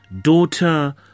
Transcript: daughter